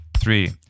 three